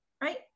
right